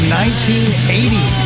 1980